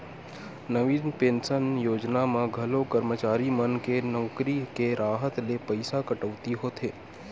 नवीन pension योजना म घलो करमचारी मन के नउकरी के राहत ले पइसा कटउती होथे